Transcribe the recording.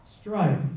strife